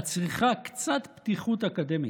את צריכה קצת פתיחות אקדמית.